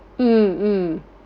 mm mm